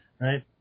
right